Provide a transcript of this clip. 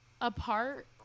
apart